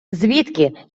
звідки